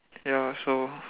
ya so